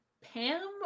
Pam